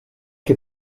que